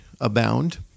abound